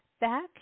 Back